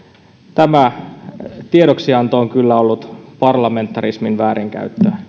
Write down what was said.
tämä tiedoksianto on kyllä ollut parlamentarismin väärinkäyttöä